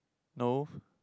no